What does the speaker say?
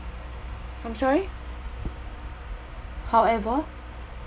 I'm sorry however